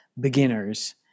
beginners